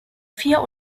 vier